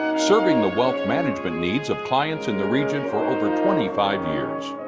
serving the wealth management needs of clients in the region for over twenty five years.